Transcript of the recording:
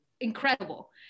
incredible